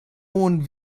und